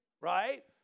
right